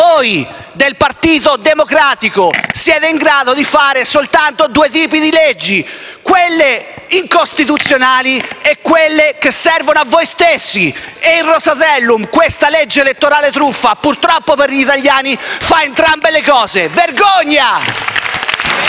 voi del Partito Democratico siete in grado di fare soltanto due tipi di leggi: quelle incostituzionali e quelle che servono a voi stessi e il Rosatellum, questa legge elettorale truffa, purtroppo per gli italiani, fa entrambe le cose! Vergogna!